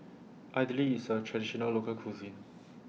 Idly IS A Traditional Local Cuisine